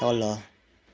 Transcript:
तल